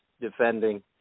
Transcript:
Defending